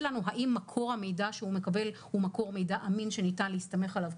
לנו האם מקור המידע שהוא מקבל הוא מקור מידע אמין שניתן להסתמך עליו,